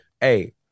Hey